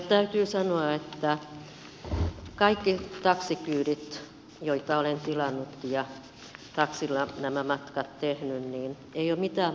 täytyy sanoa että mistään taksikyydeistä joita olen tilannut ja joilla olen nämä matkat tehnyt ei ole mitään moitittavaa